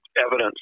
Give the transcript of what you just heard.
evidence